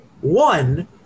One